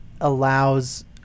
allows